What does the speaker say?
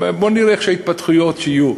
בואו ונראה אילו התפתחויות יהיו.